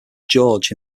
george